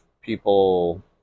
people